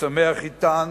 ושמח אתן